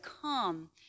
come